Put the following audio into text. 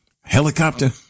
helicopter